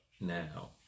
now